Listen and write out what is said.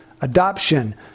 adoption